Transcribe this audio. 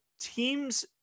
teams